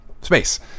space